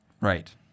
right